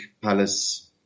Palace